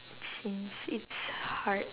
since it's hard